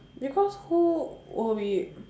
because who will be